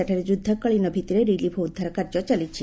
ସେଠାରେ ଯୁଦ୍ଧକାଳୀନ ଭିତ୍ତିରେ ରିଲିଫ୍ ଓ ଉଦ୍ଧାର କାର୍ଯ୍ୟ ଚାଲିଛି